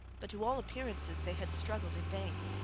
but, to all appearances, they had struggled in vain.